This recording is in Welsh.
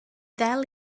ddel